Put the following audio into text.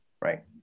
Right